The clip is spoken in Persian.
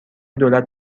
دولت